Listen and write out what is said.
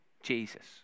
Jesus